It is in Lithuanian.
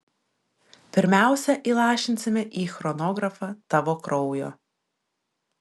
pirmiausia įlašinsime į chronografą tavo kraujo